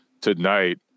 tonight